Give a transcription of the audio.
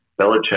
Belichick